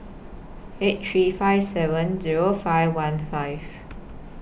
eight three five seven Zero five one five